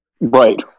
Right